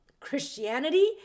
christianity